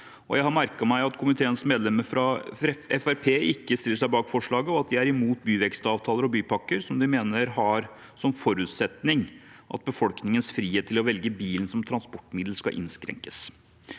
Jeg har merket meg at komiteens medlemmer fra Fremskrittspartiet ikke stiller seg bak forslaget, og at de er imot byvekstavtaler og bypakker som de mener har som forutsetning at befolkningens frihet til å velge bilen som transportmiddel skal innskrenkes.